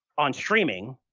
on streaming,